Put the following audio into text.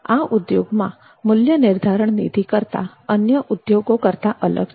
આ ઉદ્યોગમાં મૂલ્ય નિર્ધારણ નીતિ અન્ય ઉદ્યોગો કરતા અલગ છે